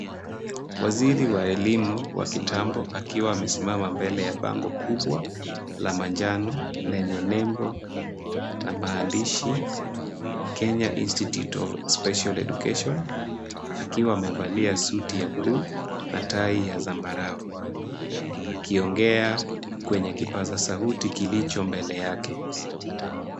Waziri wa elimu wa kitambo akiwa amesimama mbele ya bango kubwa la manjano lenye nembo na maandishi Kenya Institute of Special Education akiwa amevalia suti ya bluu na tai ya zambarau akiongea kwenye kipaza sauti kilicho mbele yake.